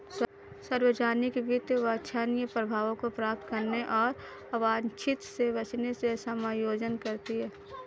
सार्वजनिक वित्त वांछनीय प्रभावों को प्राप्त करने और अवांछित से बचने से समायोजन करती है